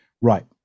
right